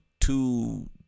two